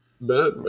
Batman